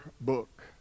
book